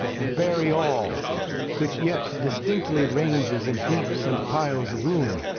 and bury all which yet distinctly ranges, in heaps and piles of ruin.